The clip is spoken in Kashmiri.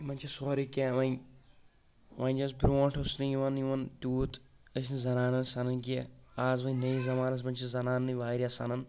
یِمن چھ سورٕے کیٚنٛہہ وۄنۍ وۄنۍ یۄس برونٛٹھ أسۍ نہٕ یِوان یِمن تیوٗت أسۍ نہٕ زَنانن سنان کیٚنٛہہ اَز وۄنۍ نٔیِس زمانس منٛز چھ زنانہٕ نٕے واریاہ سنان